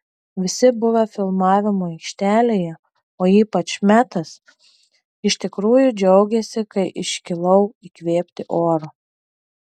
visi buvę filmavimo aikštelėje o ypač metas iš tikrųjų džiaugėsi kai iškilau įkvėpti oro